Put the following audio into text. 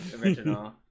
original